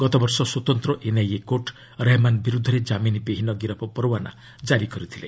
ଗତବର୍ଷ ସ୍ୱତନ୍ତ୍ର NIA court Rahman ବିରୁଦ୍ଧରେ ଜାମିନ୍ ବିହିନ ଗିରଫ୍ ପରୱାନା କାରି କରିଥିଲେ